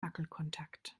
wackelkontakt